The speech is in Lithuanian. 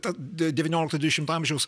ta devyniolikto dvidešimto amžiaus